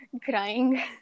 crying